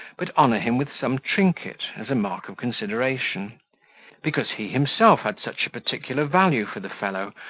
but honour him with some trinket, as a mark of consideration because he himself had such a particular value for the fellow,